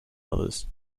others